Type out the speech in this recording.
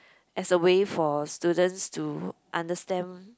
as a way for students to understand